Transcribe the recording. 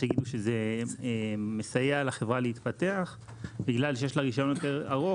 יש שיגידו שזה מסייע לחברה להתפתח בגלל שיש לה רישיון יותר ארוך,